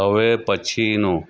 હવે પછીનું